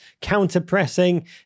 counter-pressing